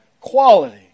quality